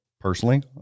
personally